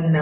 ఉన్నారు